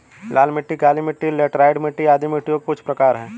लाल मिट्टी, काली मिटटी, लैटराइट मिट्टी आदि मिट्टियों के कुछ प्रकार है